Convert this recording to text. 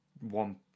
one